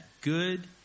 good